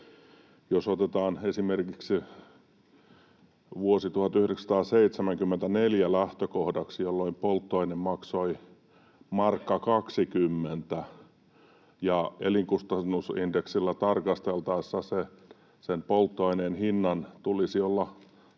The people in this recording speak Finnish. lähtökohdaksi esimerkiksi vuosi 1974, jolloin polttoaine maksoi 1,20 markkaa, elinkustannusindeksillä tarkasteltaessa sen polttoaineen hinnan tulisi olla